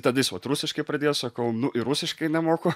tada jis vat rusiškai pradėjo sakau nu ir rusiškai nemoku